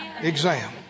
exam